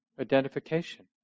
identification